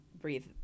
breathe